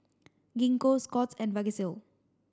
Gingko Scott's and Vagisil